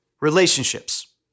Relationships